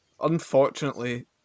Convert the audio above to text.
Unfortunately